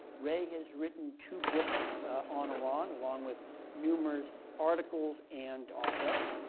ray has written two books on iran, along with numerous articles and op-eds.